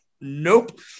nope